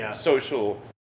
social